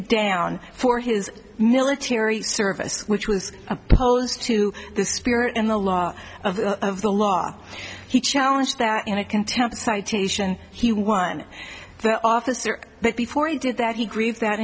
down for his military service which was opposed to the spirit in the law of of the law he challenged that in a contempt citation he won the officer but before he did that he gr